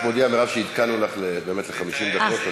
אני רק מודיע, מרב, שעדכנו לך ל-59 דקות.